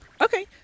Okay